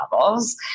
levels